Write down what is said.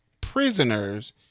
prisoners